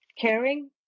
Caring